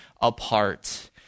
apart